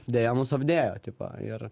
deja mus apdėjo tipo ir